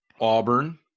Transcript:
Auburn